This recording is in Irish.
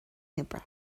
hoibre